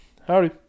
Howdy